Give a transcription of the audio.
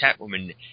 catwoman